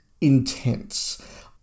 intense